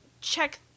check